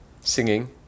singing